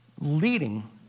leading